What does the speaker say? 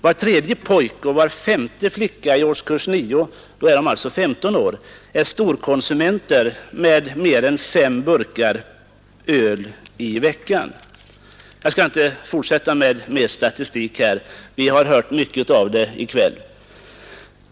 Var tredje pojke och var femte flicka i årskurs 9 — då är de alltså 15 år — är storkonsument med fem burkar öl i veckan. Jag skall inte fortsätta med statistik; vi har hört mycket av sådan i kväll.